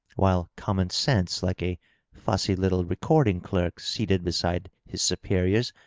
wnile common-sense, like a fussy little record ing clerk seated beside his superiors,